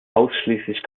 ausschließlich